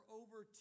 over